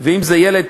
ואם זה ילד,